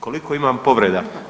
Koliko imam povreda?